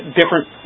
different